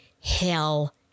Hell